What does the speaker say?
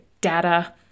data